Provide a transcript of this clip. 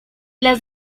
las